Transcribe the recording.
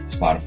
Spotify